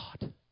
God